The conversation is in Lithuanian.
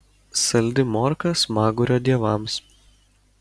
saldi morka smagurio dievams